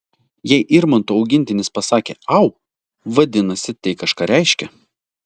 jei irmanto augintinis pasakė au vadinasi tai kažką reiškia